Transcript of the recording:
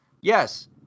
Yes